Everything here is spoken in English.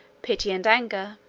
pity and anger